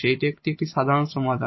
এটি এখানে সাধারণ সমাধান